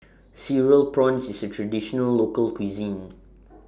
Cereal Prawns IS A Traditional Local Cuisine